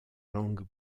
langue